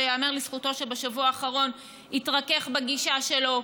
שייאמר לזכותו שבשבוע האחרון התרכך בגישה שלו,